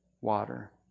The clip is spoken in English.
water